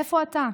איפה אתה?